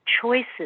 choices